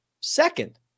second